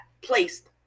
placed